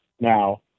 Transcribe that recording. now